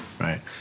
Right